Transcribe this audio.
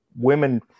women